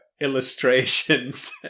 illustrations